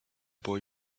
boy